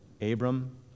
Abram